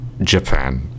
Japan